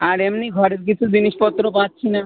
আর এমনি ঘরের কিছু জিনিসপত্র পাচ্ছি না